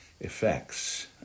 effects